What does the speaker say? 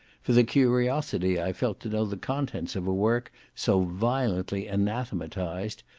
for the curiosity i felt to know the contents of a work so violently anathematised,